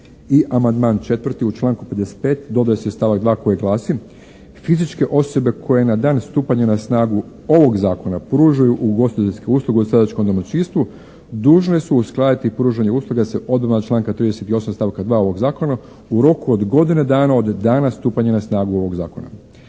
I amandman 4. u članku 55. dodaje se stavak 2. koji glasi: "Fizičke osobe koje na dan stupanja na snagu ovog zakona pružaju ugostiteljsku uslugu u seljačkom domaćinstvu dužne su uskladiti pružanje usluge sa odredbama članka 38. stavka 2. ovog zakona u roku od godine dana od dana stupanja na snagu ovog zakona."